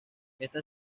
esta